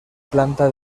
planta